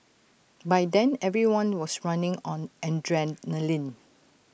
by then everyone was running on adrenaline